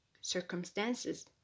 circumstances